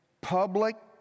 public